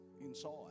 inside